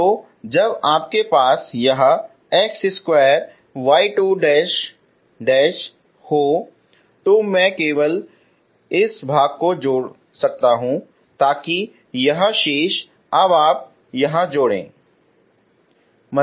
तो जब आपके पास यह x2 y2 हो तो मैंने केवल इस भाग को जोड़ा ताकि यह शेष अब आप यहां जोड़ सकें